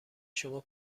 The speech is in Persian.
شما